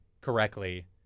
correctly